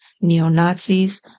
neo-Nazis